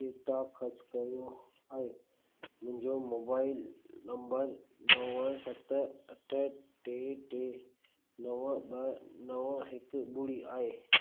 data ख़र्चु कयो ऐं मुंहिंजो मोबाइल नंबर नव सत अठ टे टे नव ॿ नव हिकु ॿुड़ी आहे